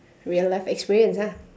real life experience ah